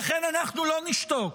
לכן אנחנו לא נשתוק,